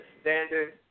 standard